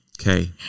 Okay